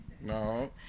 No